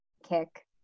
kick